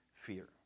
fear